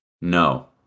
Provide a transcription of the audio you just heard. No